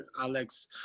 alex